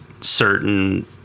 certain